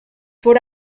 wurde